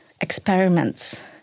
experiments